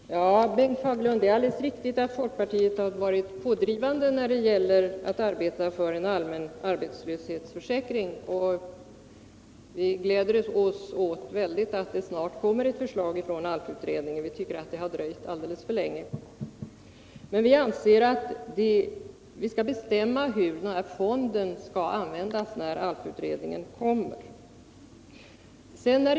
Herr talman! Ja, Bengt Fagerlund, det är alldeles riktigt att folkpartiet varit pådrivande när det gällt att arbeta för en allmän arbetslöshetsförsäkring. Vi gläder oss mycket åt att det snart kommer ett förslag från ALF-utredningen, men vi tycker att det har dröjt alldeles för länge. Vi anser att man skall bestämma hur den här fonden skall användas när ALF-utredningens betänkande föreligger.